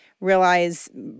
realize